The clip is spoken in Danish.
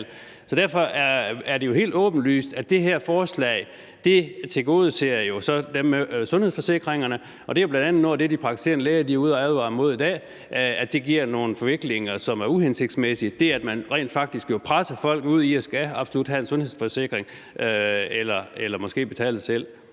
Så derfor er det jo helt åbenlyst, at det her forslag tilgodeser dem, der har en sundhedsforsikring, og det er bl.a. noget af det, de praktiserende læger er ude at advare imod i dag, idet de siger, at det giver nogle forviklinger, som er uhensigtsmæssige, med hensyn til at man jo rent faktisk presser folk ud i absolut at skulle have en sundhedsforsikring eller måske betale det